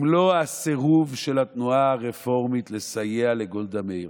אם לא הסירוב של התנועה הרפורמית לסייע לגולדה מאיר,